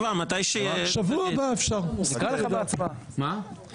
התשפ"ג-2023 (מ/1635), לפני הקריאה הראשונה.